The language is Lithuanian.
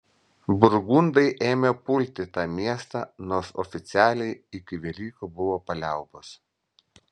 burgundai ėmė pulti tą miestą nors oficialiai iki velykų buvo paliaubos